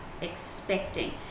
expecting